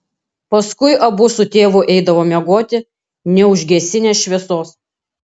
paskui abu su tėvu eidavo miegoti neužgesinę šviesos